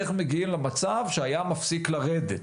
איך מגיעים למצב שהים מפסיק לרדת.